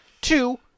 Two